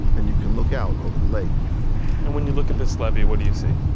and you can look out over the lake and when you look at this levee, what do you see?